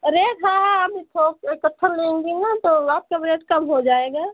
rate है अभी इकट्ठे लेंगे ना तो और सब रेट कम हो जाएगा